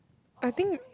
I think